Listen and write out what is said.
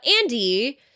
Andy